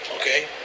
okay